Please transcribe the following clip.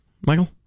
Michael